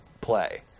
play